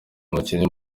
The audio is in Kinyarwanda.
umukinnyi